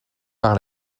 par